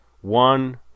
One